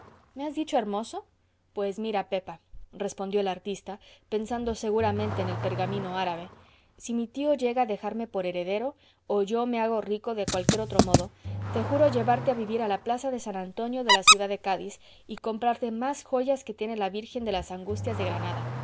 me has dicho hermoso pues mira pepa respondió el artista pensando seguramente en el pergamino árabe si mi tío llega a dejarme por heredero o yo me hago rico de cualquier otro modo te juro llevarte a vivir a la plaza de san antonio de la ciudad de cádiz y comprarte más joyas que tiene la virgen de las angustias de granada